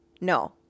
No